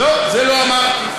לא, זה לא אמרתי.